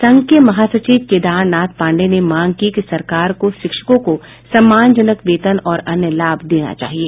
संघ के महासचिव केदार नाथ पांडेय ने मांग की कि सरकार को शिक्षकों को सम्मानजनक वेतन और अन्य लाभ देना चाहिए